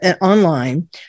online